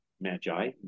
magi